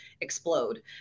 explode